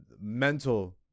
mental